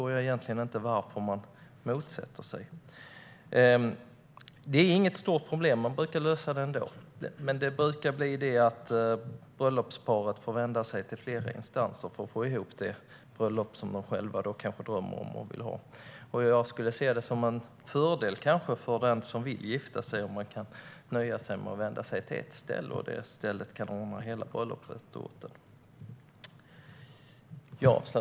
Detta är inget stort problem. Man brukar lösa det ändå. Men bröllopsparet brukar behöva vända sig till flera instanser för att få ihop det bröllop som de själv drömmer om och vill ha. Jag skulle se det som en fördel för den som vill gifta sig om det räcker att vända sig till ett ställe som kan ordna hela bröllopet åt en.